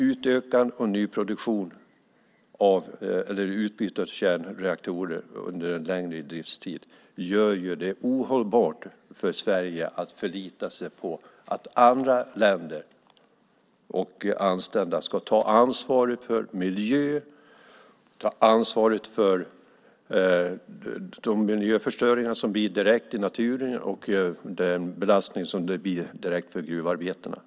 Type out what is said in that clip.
Utbyte av kärnreaktorer under en längre driftstid gör det ju ohållbart för Sverige att förlita sig på att andra länder och anställda ska ta ansvaret för miljö, ta ansvaret för de miljöförstöringar som blir direkt i naturen och för den belastning som det blir direkt för gruvarbetarna.